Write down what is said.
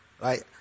right